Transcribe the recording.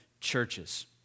churches